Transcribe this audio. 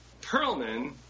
Perlman